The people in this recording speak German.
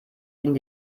ihnen